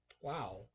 wow